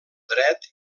dret